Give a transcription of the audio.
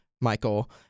Michael